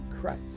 Christ